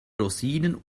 rosinen